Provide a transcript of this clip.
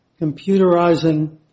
computerizing